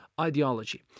ideology